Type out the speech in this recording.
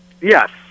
Yes